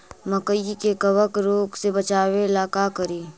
मकई के कबक रोग से बचाबे ला का करि?